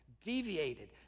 deviated